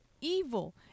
evil